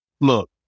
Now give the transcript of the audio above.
Look